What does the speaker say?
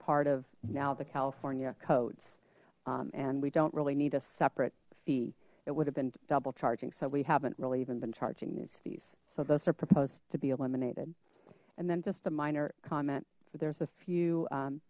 part of now the california codes and we don't really need a separate fee it would have been double charging so we haven't really even been charging these fees so those are proposed to be eliminated and then just a minor comment there's a few